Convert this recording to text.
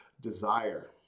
desire